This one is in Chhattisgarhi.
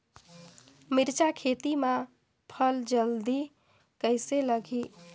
मिरचा खेती मां फल जल्दी कइसे लगही?